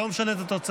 זה לא משנה את התוצאה.